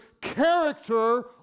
character